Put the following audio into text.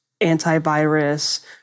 antivirus